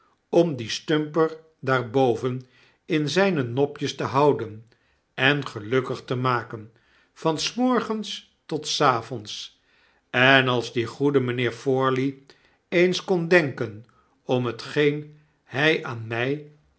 om dien stumper daar boven in zyne nopjes te houden en gelukkig te maken van smorgens tot savonds en als die goede mynheer forley eens kon denken om hetgeen hy aan mij